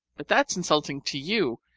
but that's insulting to you,